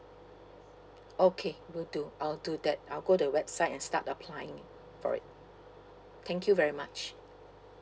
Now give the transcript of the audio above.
okay you too I'll do that I'll go to the website and start applying for it thank you very much